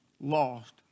lost